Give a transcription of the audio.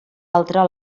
altre